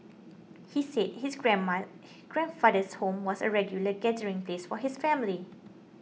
he said his grandma grandfather's home was a regular gathering place for his family